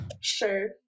Sure